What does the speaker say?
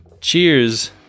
Cheers